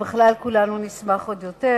אז בכלל כולנו נשמח עוד יותר.